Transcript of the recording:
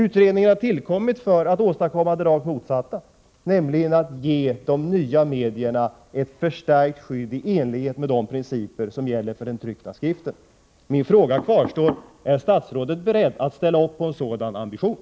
Utredningen har tillkommit för att åstadkomma det rakt motsatta, nämligen att ge de nya medierna ett förstärkt skydd i enlighet med de principer som gäller för den tryckta skriften. Min fråga kvarstår: Är statsrådet beredd att ställa upp en sådan ambition?